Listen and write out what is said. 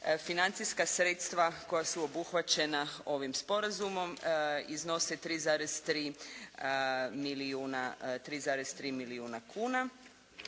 Financijska sredstva koja su obuhvaćena ovim sporazumom iznose 3,3 milijuna kuna